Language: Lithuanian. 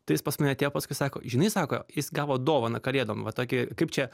tai jis pas mane atėjo paskui sako žinai sako jis gavo dovaną kalėdom va tokį kaip čia